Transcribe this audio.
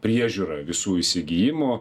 priežiūra visų įsigijimų